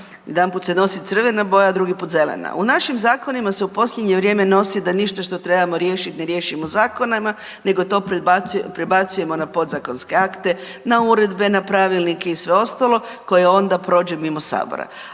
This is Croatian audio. Jedanput se nosi crvena boja, drugi put zelena. U našim zakonima se u posljednje vrijeme nosi da ništa što trebamo riješiti, ne riješimo zakonima, nego to prebacujemo na podzakonske akte, na uredbe, na pravilnike i sve ostalo, koje onda prođe mimo Sabora,